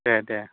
दे दे